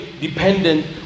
dependent